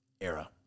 era